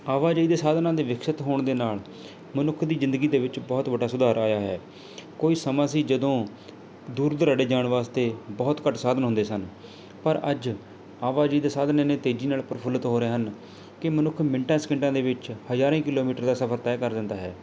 ਆਵਾਜਾਈ ਦੇ ਸਾਧਨਾਂ ਦੇ ਵਿਕਸਿਤ ਹੋਣ ਦੇ ਨਾਲ ਮਨੁੱਖ ਦੀ ਜ਼ਿੰਦਗੀ ਦੇ ਵਿੱਚ ਬਹੁਤ ਵੱਡਾ ਸੁਧਾਰ ਆਇਆ ਹੈ ਕੋਈ ਸਮਾਂ ਸੀ ਜਦੋਂ ਦੂਰ ਦੁਰਾਡੇ ਜਾਣ ਵਾਸਤੇ ਬਹੁਤ ਘੱਟ ਸਾਧਨ ਹੁੰਦੇ ਸਨ ਪਰ ਅੱਜ ਆਵਾਜਾਈ ਦੇ ਸਾਧਨ ਇੰਨੀ ਤੇਜ਼ੀ ਨਾਲ ਪ੍ਰਫੁਲਤ ਹੋ ਰਹੇ ਹਨ ਕਿ ਮਨੁੱਖ ਮਿੰਟਾਂ ਸਕਿੰਟਾਂ ਦੇ ਵਿੱਚ ਹਜ਼ਾਰਾਂ ਹੀ ਕਿਲੋਮੀਟਰ ਦਾ ਸਫਰ ਤੈਅ ਕਰ ਦਿੰਦਾ ਹੈ